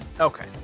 Okay